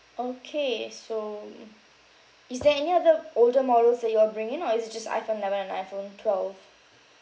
okay so um is there any other older models that you all bring in or is it just iphone eleven and iphone twelve